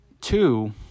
Two